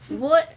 what